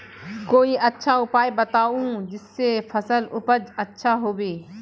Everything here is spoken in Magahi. कोई अच्छा उपाय बताऊं जिससे फसल उपज अच्छा होबे